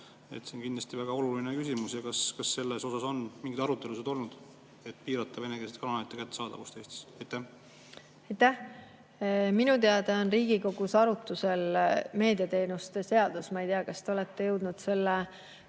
See on kindlasti väga oluline küsimus. Kas selle üle on mingeid arutelusid olnud, et piirata venekeelsete kanalite kättesaadavust Eestis? Aitäh! Minu teada on Riigikogus arutusel meediateenuste seadus. Ma ei tea, kas te olete jõudnud selle